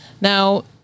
Now